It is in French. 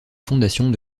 fondations